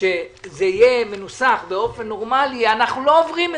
אם היא לא תהיה מנוסחת באופן נורמלי אז זה לא יעבור.